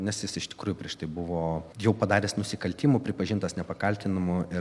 nes jis iš tikrųjų prieš tai buvo jau padaręs nusikaltimų pripažintas nepakaltinamu ir